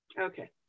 Okay